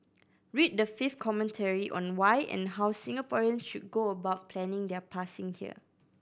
read the fifth commentary on why and how Singaporeans should go about planning their passing here